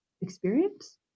experience